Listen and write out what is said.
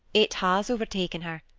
it has overtaken her,